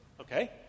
Okay